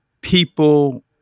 people